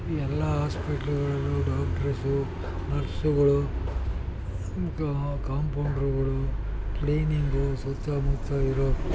ಈ ಎಲ್ಲ ಆಸ್ಪಿಟ್ಲುಗಳು ಡಾಕ್ಟ್ರಸು ನರ್ಸ್ಗಳು ಕಾಂಪೌಂಡ್ರ್ಗಳು ಕ್ಲೀನಿಂಗು ಸುತ್ತ ಮುತ್ತ ಇರೋ